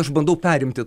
aš bandau perimti